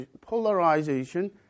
polarization